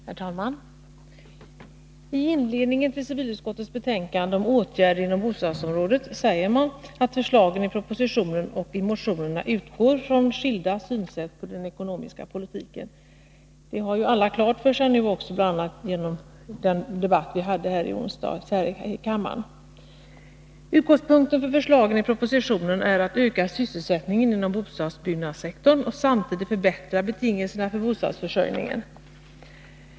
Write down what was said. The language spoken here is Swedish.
Herr talman! I inledningen till civilutskottets betänkande om åtgärder inom bostadsområdet säger man att förslagen i propositionen och i motionerna utgår från skilda synsätt på den ekonomiska politiken. Detta har alla klart för sig, bl.a. genom den debatt vi hade här i kammaren i onsdags. Utgångspunkten för förslagen i propositionen är att öka sysselsättningen inom bostadsbyggnadssektorn och samtidigt förbättra betingelserna för bostadsförsörjningen.